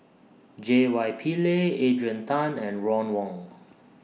J Y Pillay Adrian Tan and Ron Wong